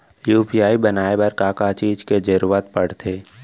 UPI बनाए बर का का चीज के जरवत पड़थे?